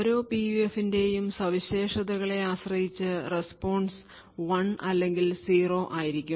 ഓരോ പിയുഎഫിന്റെയും സവിശേഷതകളെ ആശ്രയിച്ച് response 1 അല്ലെങ്കിൽ 0 ആയിരിക്കും